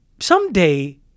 someday